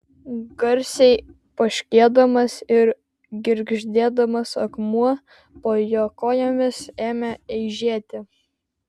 garsiai poškėdamas ir girgždėdamas akmuo po jo kojomis ėmė eižėti